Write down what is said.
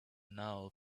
now